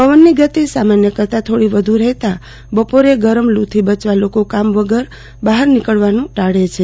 પવનની ગતિ સામાન્ય ક રતાં થોડી વધ રહેતા બપોર ગરમ લુ થી બચવા લોકો કામ વગર બહાર નીકળવાનું ટાળે છે